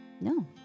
No